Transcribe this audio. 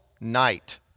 Night